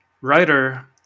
writer